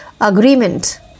agreement